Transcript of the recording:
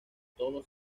todo